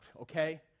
okay